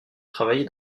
travailler